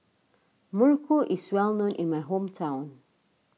Muruku is well known in my hometown